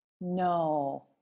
no